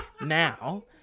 now